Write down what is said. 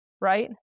right